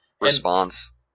response